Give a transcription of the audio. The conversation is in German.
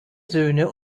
söhne